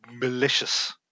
malicious